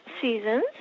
seasons